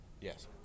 yes